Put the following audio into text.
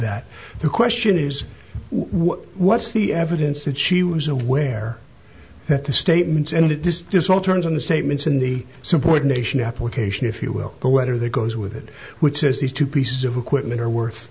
that the question is what what's the evidence that she was aware that the statements and it is this all turns on the statements in the support nation application if you will the letter that goes with it which says these two pieces of equipment are worth